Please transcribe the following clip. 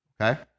okay